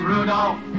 Rudolph